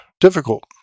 difficult